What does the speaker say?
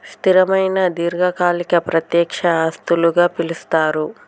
స్థిరమైన దీర్ఘకాలిక ప్రత్యక్ష ఆస్తులుగా పిలుస్తరు